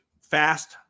fast